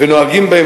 ונוהגים בהם,